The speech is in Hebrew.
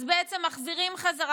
אז בעצם מחזירים בחזרה,